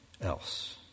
else